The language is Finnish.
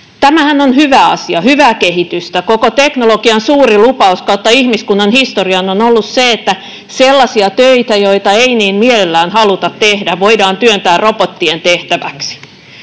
Tämähän on hyvä asia, hyvää kehitystä — koko teknologian suuri lupaus kautta ihmiskunnan historian ollut se, että sellaisia töitä, joita ei niin mielellään haluta tehdä, voidaan työntää robottien tehtäväksi.